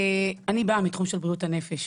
אני באה מתחום של בריאות הנפש,